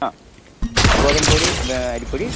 ആ ഗോതമ്പ് പൊടി അരിപ്പൊടി